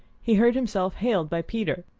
he heard himself hailed by peter.